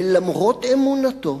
ולמרות אמונתו,